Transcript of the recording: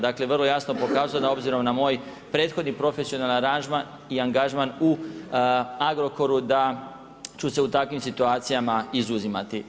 Dakle, vrlo jasno pokazao da obzirom na moj prethodni profesionalni aranžman i angažman u Agrokoru da ću se u takvim situacijama izuzimati.